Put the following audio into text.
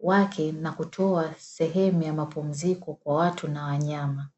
wake na kutoa sehemu ya mapumziko kwa watu na wanyama.